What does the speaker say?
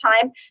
time